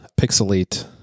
Pixelate